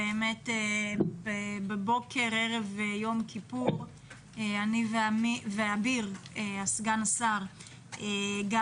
בבוקר ערב יום כיפור אביר סגן השר ואני